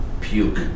puke